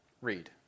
read